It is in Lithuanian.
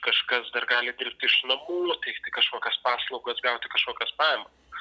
kažkas dar gali dirbt iš namų teikti kažkokias paslaugas gauti kažkokias pajamas